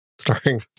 starting